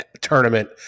tournament